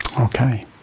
Okay